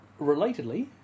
Relatedly